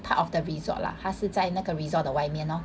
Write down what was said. part of the resort lah 它是在那个 resort 外面咯